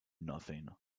nothing